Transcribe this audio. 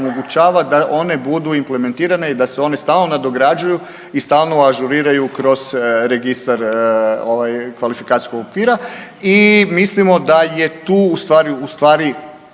da one budu implementirane i da se one stalno nadograđuju i stalno ažuriraju kroz registar ovaj kvalifikacijskog okvira. I mislimo da je tu u stvari,